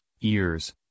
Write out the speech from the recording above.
ears